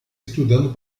estudando